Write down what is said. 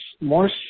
more